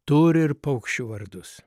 turi ir paukščių vardus